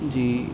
جی